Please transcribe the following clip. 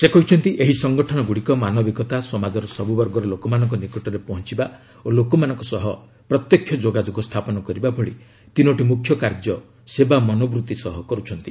ସେ କହିଛନ୍ତି ଏହି ସଂଗଠନ ଗୁଡ଼ିକ ମାନବିକତା ସମାଜର ସବୁବର୍ଗର ଲୋକମାନଙ୍କ ନିକଟରେ ପହଞ୍ଚିବା ଓ ଲୋକମାନଙ୍କ ସହ ପ୍ରତ୍ୟକ୍ଷ ଯୋଗାଯୋଗ ସ୍ଥାପନ କରିବା ଭଳି ତିନୋଟି ମୁଖ୍ୟ କାର୍ଯ୍ୟ ସେବା ମନୋବୃତ୍ତି ସହ କରୁଛନ୍ତି